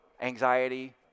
anxiety